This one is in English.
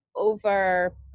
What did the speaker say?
over